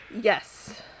Yes